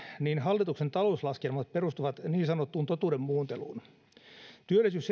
niin hallituksen talouslaskelmat perustuvat niin sanottuun totuuden muunteluun seitsemänkymmenenviiden prosentin työllisyys